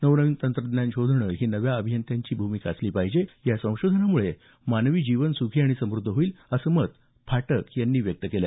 नवनवीन तंत्रज्ञान शोधणं ही नव्या अभियंत्याची भूमिका असली पाहिजे या संशोधनामुळे मानवी जीवन सुखी आणि समद्ध होईल असं मत फाटक यांनी व्यक्त केलं